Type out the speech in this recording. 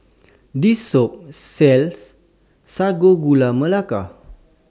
This Shop sells Sago Gula Melaka